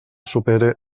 supere